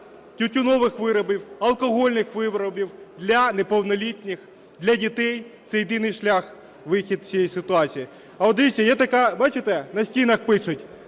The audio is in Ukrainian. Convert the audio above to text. тютюнових виробів, алкогольних виробів для неповнолітніх, для дітей. Це єдиний шлях виходу з цієї ситуації. А от дивіться, є така, бачите, на стінах пишуть